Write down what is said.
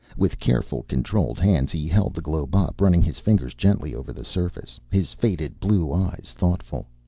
with carefully controlled hands he held the globe up, running his fingers gently over the surface, his faded blue eyes thoughtful.